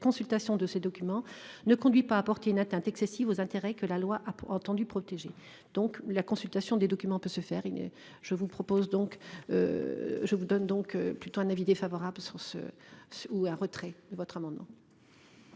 consultation de ces documents ne conduit pas à porter une atteinte excessive aux intérêts que la loi a entendu protéger donc la consultation des documents peut se faire et je vous propose donc. Je vous donne donc plutôt un avis défavorable sur ce. Ou un retrait de votre amendement.